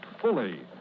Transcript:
fully